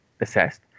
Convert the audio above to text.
assessed